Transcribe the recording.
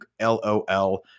Lol